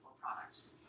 products